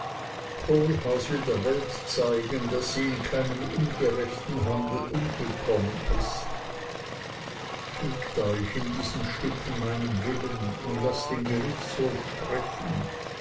will der welt zeigen daß sie in keinem ungerechten handel umgekommen ist fügt euch in diesen stücken meinem willen und laßt den gerichtshof sprechen